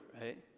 right